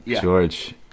George